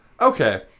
Okay